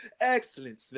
Excellent